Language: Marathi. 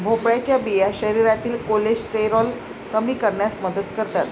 भोपळ्याच्या बिया शरीरातील कोलेस्टेरॉल कमी करण्यास मदत करतात